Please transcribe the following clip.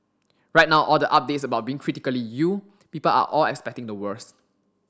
right now all the updates about being critically ill people are all expecting the worse